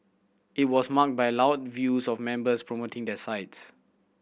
it was marked by loud views of members promoting their sides